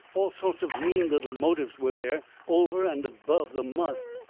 all sorts of mean little motives were there over and above the must.